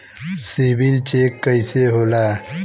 CIBIL check कइसे होला?